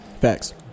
Facts